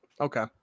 okay